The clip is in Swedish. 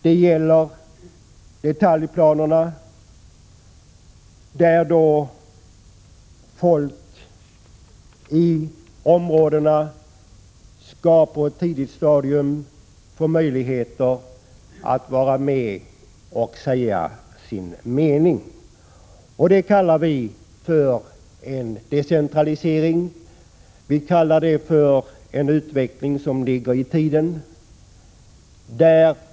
Det gäller detaljplanerna, där folk i områdena på ett tidigt stadium skall få möjligheter att vara med och säga sin mening. Detta kallar vi en decentralisering och en utveckling som ligger i tiden.